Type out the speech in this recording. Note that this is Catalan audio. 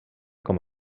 com